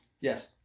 Yes